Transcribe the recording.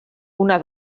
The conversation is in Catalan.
una